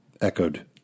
echoed